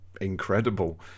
incredible